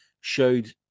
showed